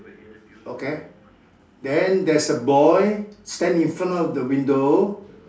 okay then there's a boy stand in front of the window